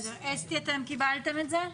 אסתי, אתם קיבלתם את זה?